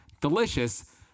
delicious